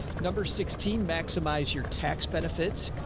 number sixteen, maximize your tax benefits,